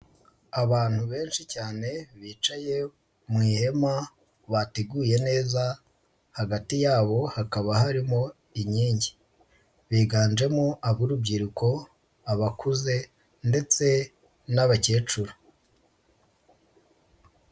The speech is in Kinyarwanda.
Abantu benshi cyane bicaye mu ihema bateguye neza hagati yabo hakaba harimo inkingi, biganjemo ab'urubyiruko, abakuze ndetse n'abakecuru.